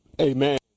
Amen